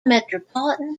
metropolitan